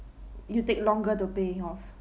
you take longer to pay off